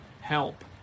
help